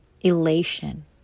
elation